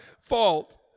fault